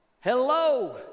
Hello